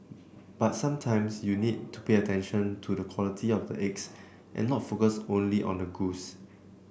but sometimes you need to pay attention to the quality of the eggs and not focus only on the goose